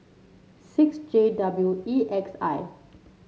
six J W E X I